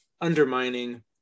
undermining